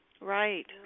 Right